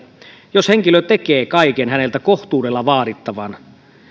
jos henkilö tekee kaiken häneltä kohtuudella vaadittavan